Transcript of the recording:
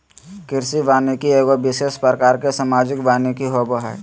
कृषि वानिकी एगो विशेष प्रकार के सामाजिक वानिकी होबो हइ